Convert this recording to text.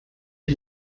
die